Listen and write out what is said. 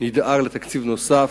נדאג לתקציב נוסף.